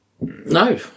No